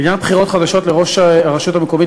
לעניין בחירות חדשות לראש הרשות המקומית